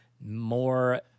more